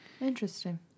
interesting